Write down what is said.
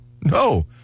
no